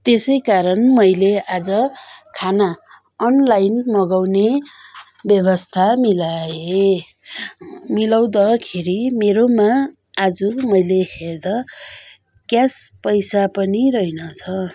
त्यसै कारण मैले आज खाना अनलाइन मगाउने व्यवस्था मिलाएँ मिलाउँदाखेरि मेरोमा आज मैले हेर्दा क्यास पैसा पनि रहेन छ